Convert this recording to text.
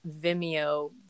Vimeo